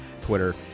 Twitter